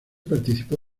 participó